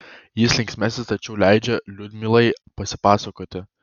jis linksmesnis tačiau leidžia liudmilai pasipasakoti